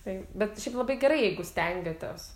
taip bet šiaip labai gerai jeigu stengiatės